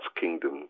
kingdom